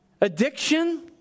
addiction